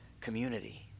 community